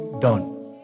done